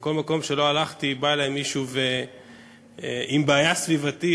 בכל מקום שלא הלכתי בא אלי מישהו עם בעיה סביבתית,